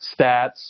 stats